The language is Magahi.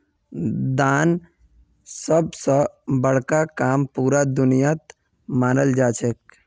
दान सब स बड़का काम पूरा दुनियात मनाल जाछेक